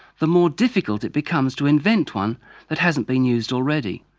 the more difficult it becomes to invent one that hasn't been used already,